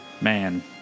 man